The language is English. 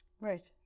Right